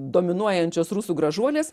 dominuojančios rusų gražuolės